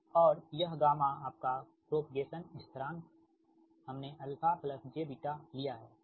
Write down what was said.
और यह आपका प्रोपगेसन स्थिरांक हमने αjβ लिया हैठीक